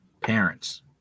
parents